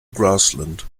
grassland